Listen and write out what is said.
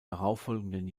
darauffolgenden